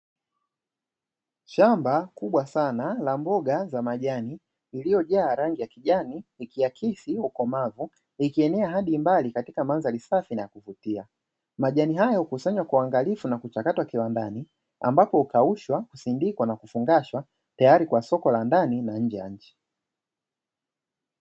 Shamba kubwa sana la mboga za majani iliyojaa rangi ya kijani ikiakisi ukomavu ikienea hadi mbali katika mandari safi na kuvutia majani hayo hukusanywa kwa uangalifu na kuchakatwa kiwandani ambapo husindikwa, hukaushwa na kufungashwa tayali kwa soko la ndani na nje ya nchi.